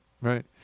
right